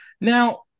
now